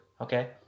Okay